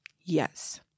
yes